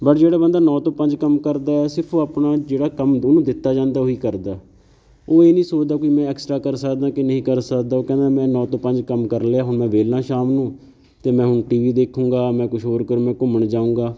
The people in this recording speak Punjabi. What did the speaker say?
ਬਟ ਜਿਹੜਾ ਬੰਦਾ ਨੌ ਤੋਂ ਪੰਜ ਕੰਮ ਕਰਦਾ ਸਿਰਫ਼ ਉਹ ਆਪਣਾ ਜਿਹੜਾ ਕੰਮ ਉਹਨੂੰ ਦਿੱਤਾ ਜਾਂਦਾ ਉਹੀ ਕਰਦਾ ਉਹ ਇਹ ਨਹੀਂ ਸੋਚਦਾ ਕੋਈ ਮੈਂ ਐਕਸਟਰਾ ਕਰ ਸਕਦਾ ਕਿ ਨਹੀਂ ਕਰ ਸਕਦਾ ਉਹ ਕਹਿੰਦਾ ਮੈਂ ਨੌ ਤੋਂ ਪੰਜ ਕੰਮ ਕਰ ਲਿਆ ਹੁਣ ਮੈਂ ਵਿਹਲਾ ਸ਼ਾਮ ਨੂੰ ਅਤੇ ਮੈਂ ਹੁਣ ਟੀਵੀ ਦੇਖੂਗਾ ਮੈਂ ਕੁਝ ਹੋਰ ਕਰੂ ਮੈਂ ਘੁੰਮਣ ਜਾਊਂਗਾ